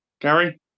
Gary